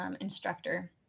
instructor